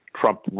Trump